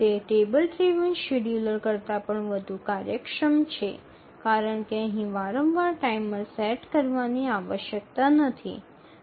તે table driven scheduler કરતા પણ વધુ કાર્યક્ષમ છે કારણ કે અહીં વારંવાર ટાઇમર સેટ કરવાની આવશ્યકતા નથી